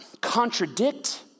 contradict